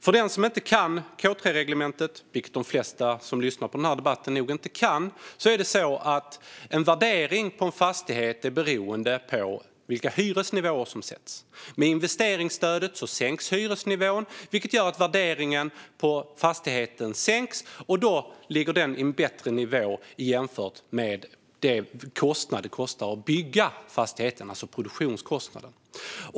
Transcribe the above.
För den som inte kan K3-reglementet, vilket de flesta som lyssnar på den här debatten nog inte kan: En värdering av en fastighet är beroende på vilka hyresnivåer som sätts. Med investeringsstödet sänks hyresnivån, vilket gör att värderingen på fastigheten sänks och då ligger på en bättre nivå i förhållande till kostnaden för att bygga fastigheten, alltså produktionskostnaden.